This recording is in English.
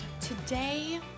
Today